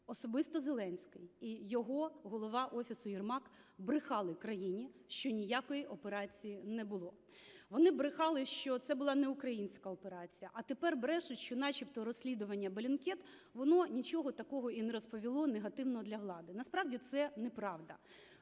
особисто Зеленський і його голова Офісу Єрмак брехали країні, що ніякої операції не було. Вони брехали, що це була не українська операція, а тепер брешуть, що начебто розслідування Bellingcat, воно нічого такого і не розповіло негативного для влади. Насправді це неправда.